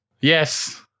Yes